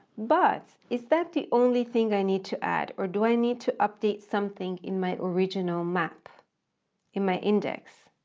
but, is that the only thing i need to add, or do i need to update something in my original map in my index?